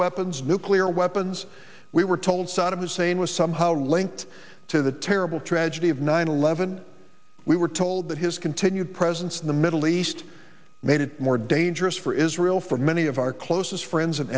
weapons nuclear weapons we were told saddam hussein was somehow linked to the terrible tragedy of nine eleven we were told that his continued presence in the middle east made it more dangerous for israel for many of our closest friends and